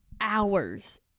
hours